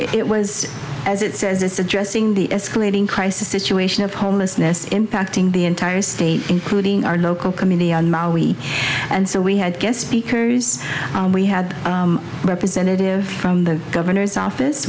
it was as it says it's addressing the escalating crisis situation of homelessness impacting the entire state including our local commune and so we had guest speakers we had a representative from the governor's office